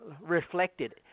reflected